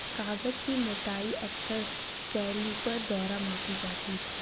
कागज की मोटाई अक्सर कैलीपर द्वारा मापी जाती है